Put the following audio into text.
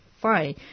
fine